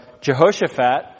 Jehoshaphat